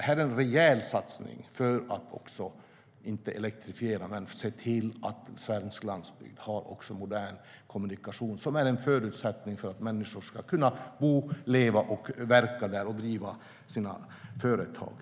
Detta är en rejäl satsning, inte på att elektrifiera utan på att se till att svensk landsbygd har modern kommunikation. Det är en förutsättning för att människor ska kunna bo, leva och verka där och kunna driva sina företag.